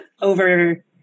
over